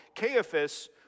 Caiaphas